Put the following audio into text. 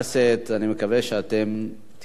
ותהיו אזרחים טובים בהמשך.